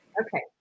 Okay